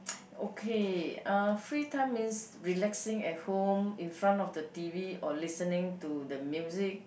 okay uh free time means relaxing at home in front of the t_v or listening to the music